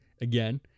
again